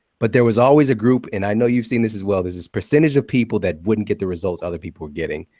but there was always a group and i know you've seen this as well. there's this percentage of people that wouldn't get the results other people were getting,